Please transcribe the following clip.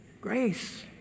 Grace